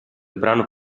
brano